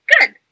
good